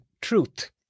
truth